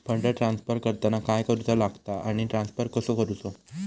Fund transfer करताना काय करुचा लगता आनी ट्रान्स्फर कसो करूचो?